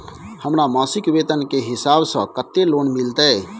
हमर मासिक वेतन के हिसाब स कत्ते लोन मिलते?